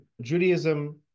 Judaism